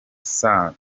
saa